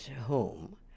home